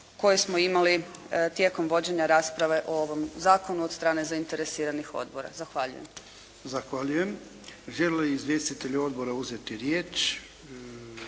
koje smo imali tijekom vođenja rasprave o ovom zakonu od strane zainteresiranih odbora. Zahvaljujem.